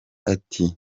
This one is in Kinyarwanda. ati